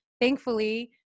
thankfully